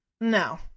no